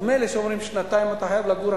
אז מילא שאומרים: שנתיים אתה חייב לגור,